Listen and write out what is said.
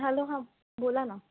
hello हां बोला ना